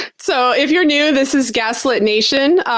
so if you're new, this is gaslit nation.